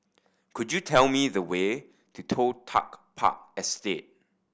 could you tell me the way to Toh Tuck Park Estate